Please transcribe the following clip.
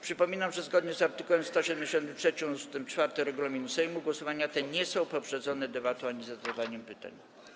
Przypominam, że zgodnie z art. 173 ust. 4 regulaminu Sejmu głosowania te nie są poprzedzone debatą ani zadawaniem pytań.